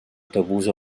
tabús